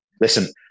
Listen